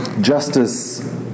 Justice